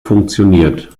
funktioniert